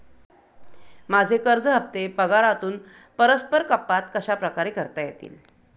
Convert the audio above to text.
माझे कर्ज हफ्ते पगारातून परस्पर कपात कशाप्रकारे करता येतील?